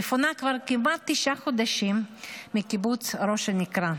שמפונה כמעט כבר תשעה חודשים מקיבוץ ראש הנקרה.